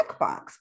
checkbox